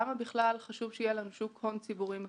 למה בכלל חשוב שיהיה לנו שוק הון ציבורי מפותח.